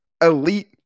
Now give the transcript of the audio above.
elite